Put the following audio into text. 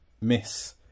miss